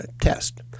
test